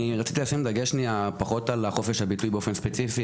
רציתי לשים דגש פחות על חופש הביטוי באופן ספציפי